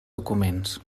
documents